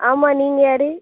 ஆமா நீங்கள் யார்